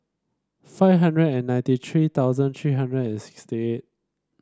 five hundred and ninety three thousand three hundred and sixty eight